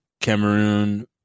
cameroon